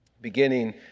beginning